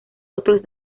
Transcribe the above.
otros